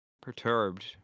perturbed